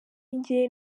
njye